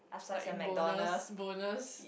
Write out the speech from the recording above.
it's like in bonus bonus